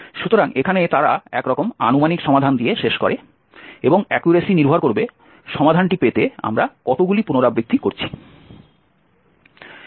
সুতরাং এখানে তারা একরকম আনুমানিক সমাধান দিয়ে শেষ করে এবং অ্যাকুরেসি নির্ভর করবে সমাধানটি পেতে আমরা কতগুলি পুনরাবৃত্তি করছি